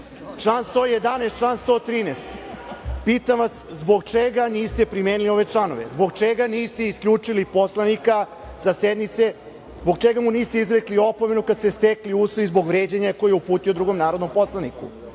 Član 111. član 113. Pitam vas – zbog čega niste primenili ove članove, zbog čega niste isključili poslanika se sednice, zbog čega mu niste izrekli opomenu kada su se stekli uslovi zbog vređanja koje je uputio drugom narodnom poslaniku? Pored